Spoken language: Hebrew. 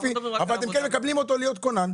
יופי, אבל אתם כן מקבלים אותו להיות כונן.